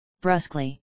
brusquely